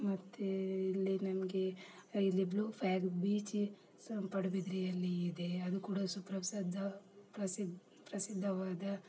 ಮತ್ತೆ ಇಲ್ಲಿ ನಿಮಗೆ ಇಲ್ಲಿ ಬ್ಲೂ ಫ್ಯಾಗ್ ಬೀಚ್ ಸ ಪಡುಬಿದ್ರಿಯಲ್ಲಿ ಇದೆ ಅದು ಕೂಡ ಸುಪ್ರಸದ್ದ ಪ್ರಸಿದ್ ಪ್ರಸಿದ್ಧವಾದ